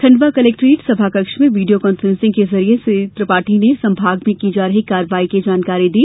Khandwa collectorate सभाकक्ष में video conferencing के जरिए श्री त्रिपाठी ने संभाग में की जा रही कार्यवाही की जानकारी दी